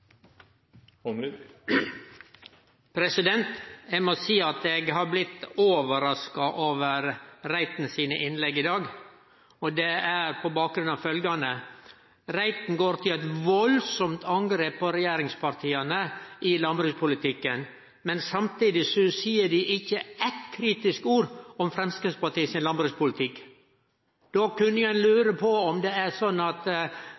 debattemaet. Eg må seie at eg har blitt overraska over innlegga til representanten Reiten i dag. Det er på bakgrunn av at han går til eit veldig angrep på regjeringspartia i landbrukspolitikken. Men samtidig seier han ikkje eitt kritisk ord om landbrukspolitikken til Framstegspartiet. Då kan ein lure på om det er slik at